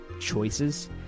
choices